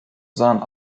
sondern